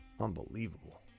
Unbelievable